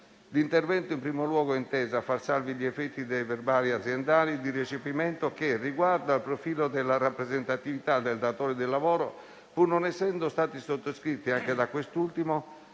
L'intervento, in primo luogo, è inteso a far salvi gli effetti dei verbali aziendali di recepimento che riguardano il profilo della rappresentatività del datore di lavoro, pur non essendo stati sottoscritti anche da quest'ultimo,